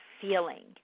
feeling